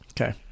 okay